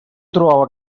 trobava